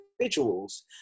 individuals